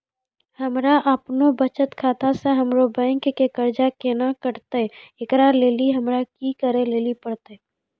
हमरा आपनौ बचत खाता से हमरौ बैंक के कर्जा केना कटतै ऐकरा लेली हमरा कि करै लेली परतै?